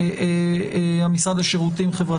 אבל בהמשך לסיפור